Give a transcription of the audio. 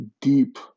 deep